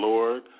Lord